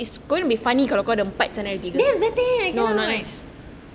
that's the thing I cannot